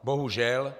Bohužel.